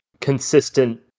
consistent